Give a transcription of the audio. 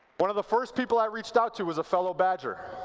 one of the first people i reached out to was a fellow badger.